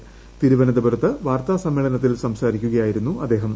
രം തിരുവന്തപുരത്ത് വാർത്താസമ്മേളനത്തിൽ സംസാരിക്കുകയായികുന്നു അദ്ദേഹം